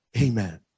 Amen